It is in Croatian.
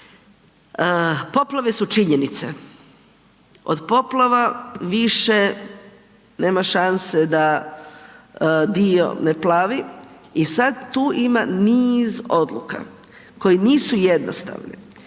poplave su činjenice, od poplava više nema šanse da dio ne plavi i sad tu ima niz odluka koje nisu jednostavne.